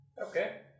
Okay